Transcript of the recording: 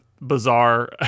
bizarre